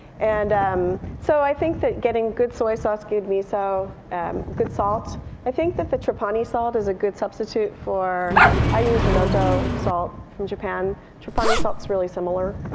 and um so, i think that getting good soy sauce, good miso, so um good salt i think that the trapani salt is a good substitute for i use noto salt from japan. trapani salt is really similar.